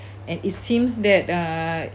and it seems that uh